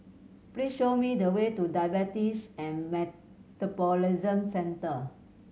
please show me the way to Diabetes and Metabolism Centre